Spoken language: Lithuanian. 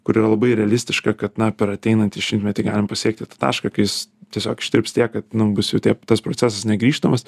kur yra labai realistiška kad na per ateinantį šimtmetį galim pasiekti tą tašką kai jis tiesiog ištirps tiek kad nu bus jau tie tas procesas negrįžtamas